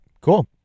cool